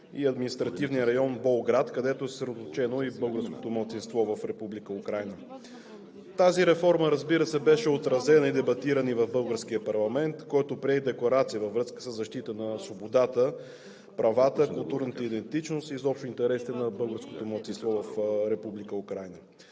и административния район Болград, където е съсредоточено българското малцинство в Република Украйна. Тази реформа, разбира се, беше отразена и дебатирана в българския парламент, който прие и декларация във връзка със защитата на свободата, правата, културната идентичност и изобщо интересите на българското малцинство в Република